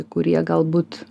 kurie galbūt